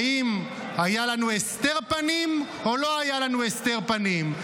האם היה לנו הסתר פנים או לא היה לנו הסתר פנים.